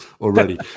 already